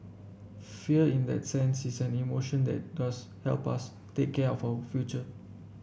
fear in that sense is an emotion that does help us take care of our future